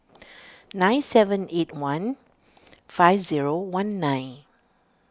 nine seven eight one five zero one nine